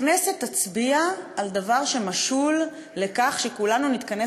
הכנסת תצביע על דבר שמשול לכך שכולנו נתכנס